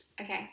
Okay